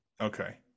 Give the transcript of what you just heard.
Okay